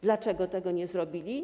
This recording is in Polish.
Dlaczego tego nie zrobili?